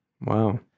Wow